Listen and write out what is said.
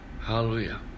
Hallelujah